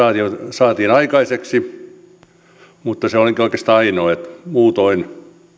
saatiin aikaiseksi mutta se olikin oikeastaan ainoa muutoin